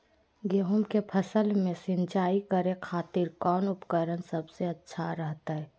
गेहूं के फसल में सिंचाई करे खातिर कौन उपकरण सबसे अच्छा रहतय?